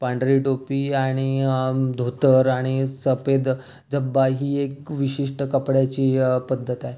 पांढरी टोपी आणि धोतर आणि सफेद झब्बा ही एक विशिष्ट कपड्याची पद्धत आहे